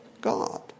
God